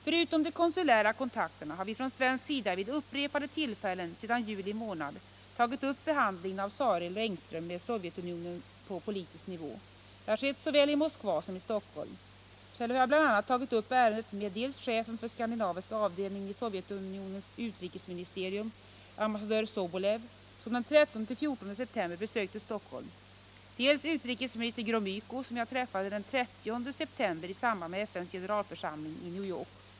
Förutom de konsulära kontakterna har vi från svensk sida vid upprepade tillfällen sedan juli månad tagit upp behandlingen av Sareld och Engström med Sovjetunionen på politisk nivå. Det har skett såväl i Moskva som i Stockholm. Själv har jag bl.a. tagit upp ärendet med dels chefen för skandinaviska avdelningen i Sovjetunionens utrikesministerium, ambassadör Sobolev, som den 13-14 september besökte Stockholm, dels utrikesminister Gromyko, som jag träffade den 30 september i samband med FN:s generalförsamling i New York.